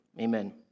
Amen